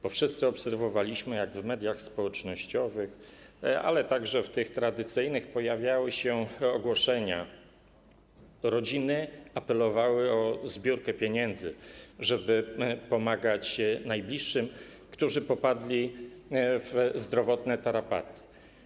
Bo wszyscy obserwowaliśmy, jak w mediach społecznościowych, ale także tych tradycyjnych pojawiały się ogłoszenia, rodziny apelowały o zbiórkę pieniędzy, żeby pomagać najbliższym, którzy popadli w zdrowotne tarapaty.